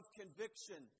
conviction